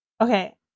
Okay